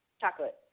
Chocolate